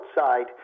outside